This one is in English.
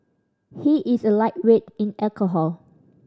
he is a lightweight in alcohol